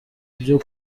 byo